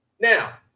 Now